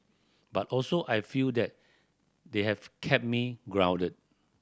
but also I feel that they have kept me grounded